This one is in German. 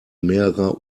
mehrerer